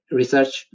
research